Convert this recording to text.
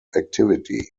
activity